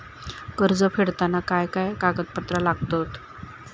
कर्ज फेडताना काय काय कागदपत्रा लागतात?